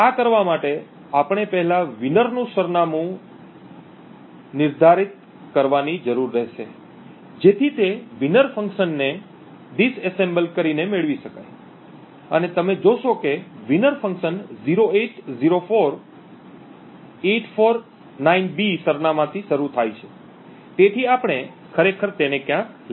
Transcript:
આ કરવા માટે આપણે પહેલા વિનર નું સરનામું નિર્ધારિત કરવાની જરૂર રહેશે જેથી તે વિનર ફંકશનને ડિસએસેમ્બલ કરીને મેળવી શકાય અને તમે જોશો કે વિનર ફંકશન 0804849B સરનામાંથી શરૂ થાય છે તેથી આપણે ખરેખર તેને ક્યાંક લખી શકીએ